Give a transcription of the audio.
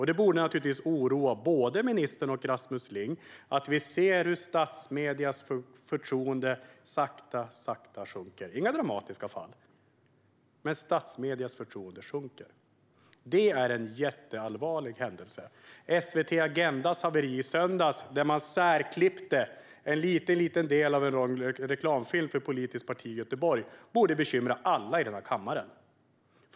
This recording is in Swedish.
Det borde naturligtvis oroa både ministern och Rasmus Ling att vi ser hur förtroendet för statsmedierna sakta, sakta sjunker. Det är inget dramatiskt fall, men förtroendet för statsmedierna sjunker. Det är en jätteallvarlig sak. Haveriet hos SVT:s program Agenda i söndags, där man särklippte en liten del av en lång reklamfilm för ett politiskt parti i Göteborg, borde bekymra alla i den här kammaren.